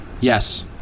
Yes